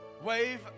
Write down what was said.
Wave